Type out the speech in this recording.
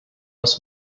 was